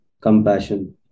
compassion